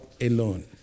alone